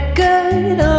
good